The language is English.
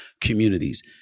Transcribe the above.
communities